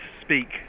speak